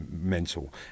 mental